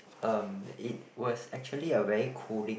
um it was actually a very cooling